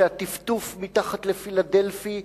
שהטפטוף מתחת לפילדלפי,